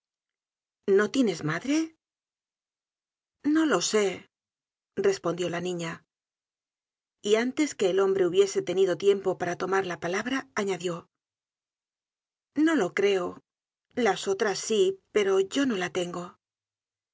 search generated at no lo sé respondió la niña y antes que el hombre hubiese tenido tiempo para tomar la palabra añadió no lo creo las otras sí pero yo no la tengo